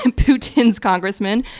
and putin's congressman.